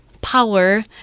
power